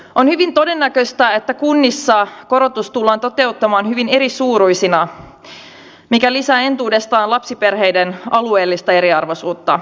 on hyvin todennäköistä että kunnissa korotukset tullaan toteuttamaan hyvin erisuuruisina mikä lisää entuudestaan lapsiperheiden alueellista eriarvoisuutta